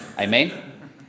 Amen